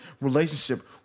relationship